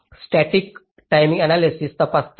static timing analysis तपासता